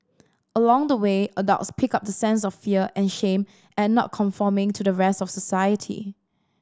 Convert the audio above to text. along the way adults pick up the sense of fear and shame at not conforming to the rest of society